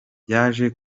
byaje